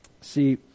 see